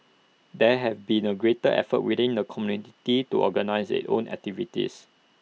there have also been greater efforts within the community to organise its own activities